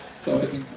so i think,